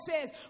says